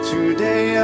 Today